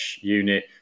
unit